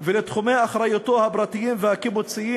ולתחומי אחריותו הפרטיים והקיבוציים